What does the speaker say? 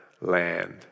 land